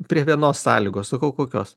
prie vienos sąlygos sakau kokios